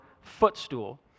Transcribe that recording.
footstool